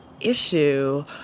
issue